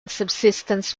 subsistence